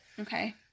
Okay